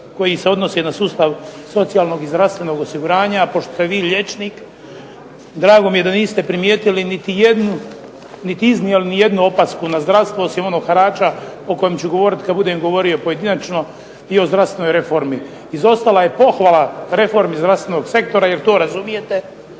koji se odnose na sustav socijalnog i zdravstvenog osiguranja, a pošto ste vi liječnik drago mi je da niste primijetili niti jednu, niti iznijeli ni jednu opasku na zdravstvo, osim onog harača o kojem ću govoriti kad budem govorio pojedinačno, i o zdravstvenoj reformi. Izostala je pohvala reformi zdravstvenog sektora, jer to razumijete,